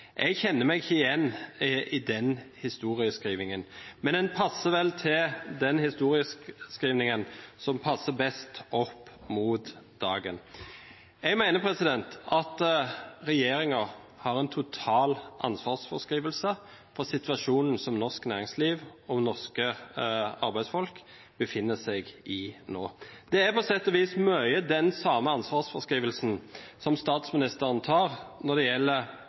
Jeg kjenner meg ikke igjen i den historieskrivingen, men den passer vel til den historieskrivingen som passer best opp mot dagen. Jeg mener at regjeringen har en total ansvarsfraskrivelse for situasjonen som norsk næringsliv og norske arbeidsfolk befinner seg i nå. Det er på sett og vis mye den samme ansvarsfraskrivelsen som statsministeren har når det gjelder